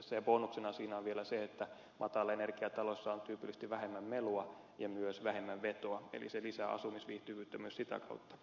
bonuksena siinä on vielä se että matalaenergiataloissa on tyypillisesti vähemmän melua ja myös vähemmän vetoa eli se lisää asumisviihtyvyyttä myös sitä kautta